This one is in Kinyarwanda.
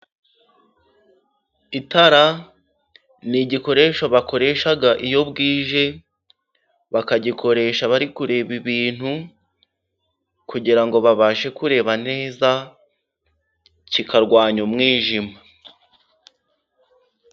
Itara ni igikoresho bakoresha iyo bwije, bakagikoresha bari kureba ibintu kugira ngo babashe kureba neza, kikarwanya umwijima.